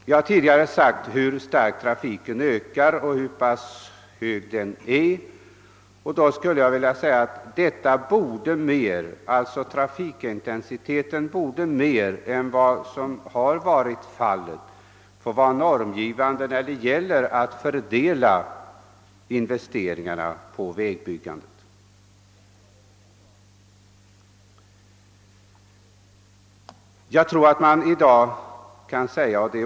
Jag har tidigare framhållit hur starkt trafiken ökar och hur intensiv den är nu, och denna trafikintensitet borde mer än vad fallet varit betraktas som normgivande vid fördelningen av anslagen för vägbyggandet. Detta är alltså mitt andra krav.